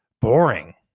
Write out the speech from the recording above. boring